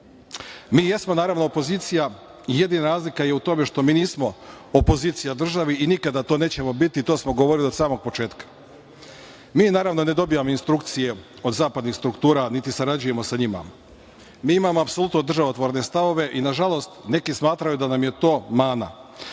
jesmo, naravno, opozicija i jedina razlika je u tome što mi nismo opozicija državi i nikada to nećemo biti, to smo govorili od samog početka. Mi, naravno, ne dobijamo instrukcije od zapadnih struktura, niti sarađujemo sa njima. Mi imamo apsolutno državotvorne stavove i, nažalost, neki smatraju da nam je to mana.